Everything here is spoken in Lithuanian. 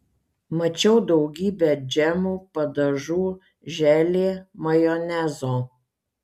mačiau daugybę džemų padažų želė majonezo